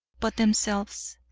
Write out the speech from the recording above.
but themselves,